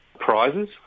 prizes